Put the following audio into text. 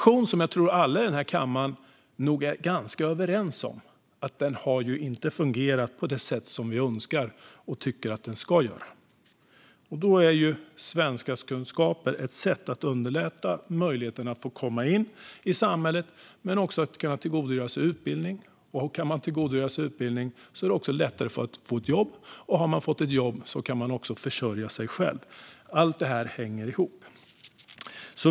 Vi är nog alla i kammaren ganska överens om att integrationen inte har fungerat på det sätt som vi tycker att den ska. Kunskaper i svenska är ett sätt att underlätta möjligheten att komma in i samhället, tillgodogöra sig utbildning, få ett jobb och försörja sig själv. Allt detta hänger ihop.